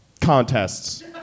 contests